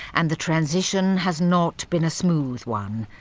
and the transition has not been a smooth one.